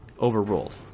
overruled